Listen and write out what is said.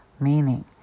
meaning